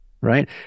right